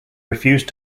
refused